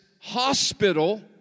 hospital